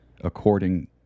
according